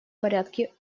порядке